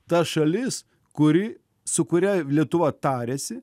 ta šalis kuri su kuria lietuva tariasi